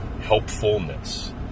helpfulness